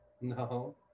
No